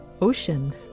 ocean